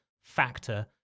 factor